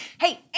hey